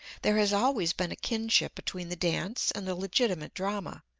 there has always been a kinship between the dance and the legitimate drama,